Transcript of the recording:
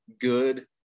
good